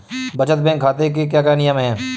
बचत बैंक खाते के क्या क्या नियम हैं?